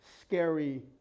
scary